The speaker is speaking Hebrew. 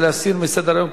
זה להסיר מסדר-היום,